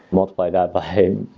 multiply that by,